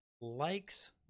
Likes